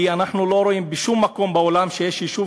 ואנחנו לא רואים בשום מקום בעולם שיש יישוב